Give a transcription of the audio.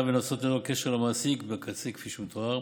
ונעשות ללא קשר למעסיק בקצה כפי שמתואר,